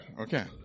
okay